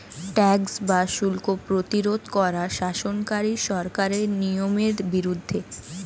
tax বা শুল্ক প্রতিরোধ করা শাসনকারী সরকারের নিয়মের বিরুদ্ধে